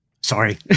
Sorry